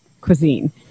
cuisine